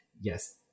yes